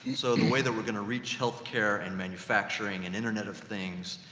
so the way that we're going to reach healthcare, and manufacturing, and internet of things.